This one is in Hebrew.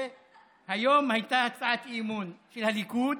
היום הייתה הצעת אי-אמון של הליכוד